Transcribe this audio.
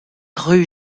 rue